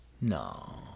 No